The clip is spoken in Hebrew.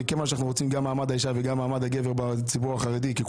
מכיוון שאנחנו רוצים גם מעמד האישה וגם מעמד הגבר בציבור החרדי.